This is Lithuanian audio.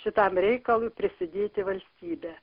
šitam reikalui prisidėti valstybė